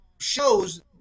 Shows